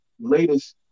latest